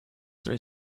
there